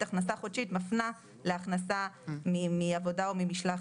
"הכנסה חודשית" מפנה להכנסה מעבודה או ממשלח